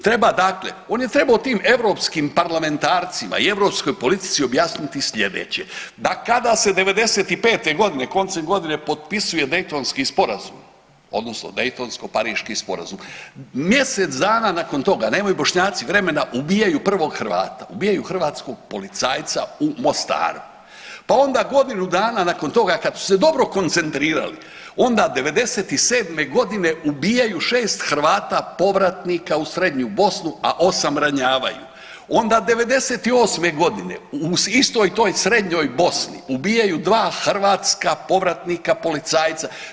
Treba dakle, on je trebao tim europskim parlamentarcima i europskoj politici objasniti slijedeće, da kada se '95.g. koncem godine potpisuje Daytonski sporazum odnosno Daytonsko-Pariški sporazum, mjesec dana nakon toga nemaju Bošnjaci vremena, ubijaju prvog Hrvata, ubijaju hrvatskog policajca u Mostaru, pa onda godinu dana nakon toga kad su se dobro koncentrirali onda '97.g. ubijaju 6 Hrvata povratnika u srednju Bosnu, a 8 ranjavaju, onda '98.g. u istoj toj srednjoj Bosni ubijaju dva hrvatska povratnika policajca.